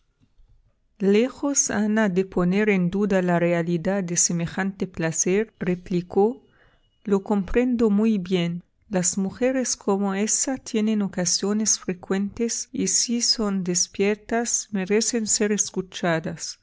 lejos ana de poner en duda la realidad de semejante placer replicó lo comprendo muy bien las mujeres como ésa tienen ocasiones frecuentes y si son despiertas merecen ser escuchadas